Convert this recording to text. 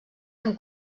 amb